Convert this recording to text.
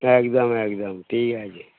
একদম একদম ঠিক আছে